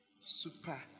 Super